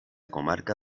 comarca